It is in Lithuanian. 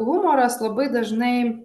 humoras labai dažnai